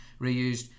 reused